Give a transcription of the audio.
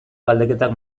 galdeketak